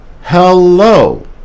hello